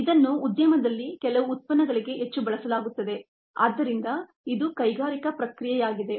ಇದನ್ನು ಉದ್ಯಮದಲ್ಲಿ ಕೆಲವು ಉತ್ಪನ್ನಗಳಿಗೆ ಹೆಚ್ಚು ಬಳಸಲಾಗುತ್ತದೆ ಆದ್ದರಿಂದ ಇದು ಕೈಗಾರಿಕಾ ಪ್ರಕ್ರಿಯೆಯಾಗಿದೆ